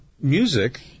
music